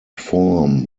form